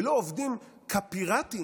ולא עובדים כפיראטים